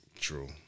True